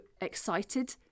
excited